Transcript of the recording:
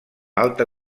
alta